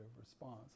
response